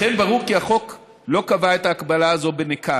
לכן ברור כי החוק לא קבע את ההגבלה הזאת בנקל,